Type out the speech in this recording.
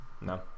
no